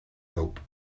hope